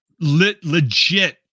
legit